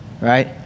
right